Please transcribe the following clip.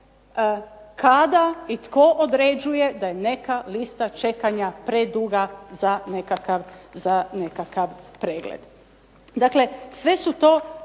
kada i tko određuje da je neka lista čekanja preduga za nekakav pregled. Dakle sve su to